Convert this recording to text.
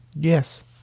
Yes